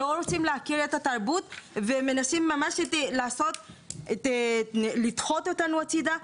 ומנסים לדחות אותנו הצידה.